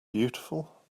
beautiful